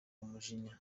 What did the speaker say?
umujinya